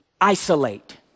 isolate